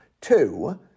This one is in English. two